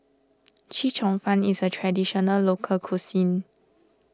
Chee Cheong Fun is a Traditional Local Cuisine